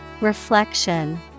Reflection